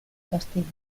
castillo